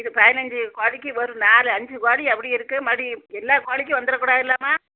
இது பதினஞ்சு கோழிக்கு ஒரு நாலு அஞ்சு கோழி எப்படி இருக்கற மாதிரி எல்லா கோழிக்கும் வந்துவிடக் கூடாதுல்லைம்மா